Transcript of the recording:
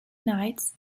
nights